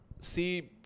see